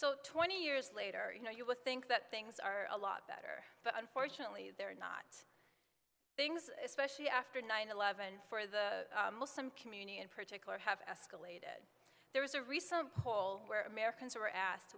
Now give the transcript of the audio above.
so twenty years later you know you would think that things are a lot better but unfortunately they're not things especially after nine eleven for the muslim community in particular have escalated there was a recent poll where americans were asked